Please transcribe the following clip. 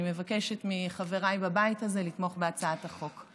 אני מבקשת מחבריי בבית הזה לתמוך בהצעת החוק.